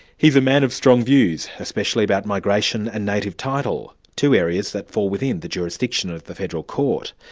he's a man of strong views, especially about migration and native title, two areas that fall within the jurisdiction of the federal court.